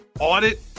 audit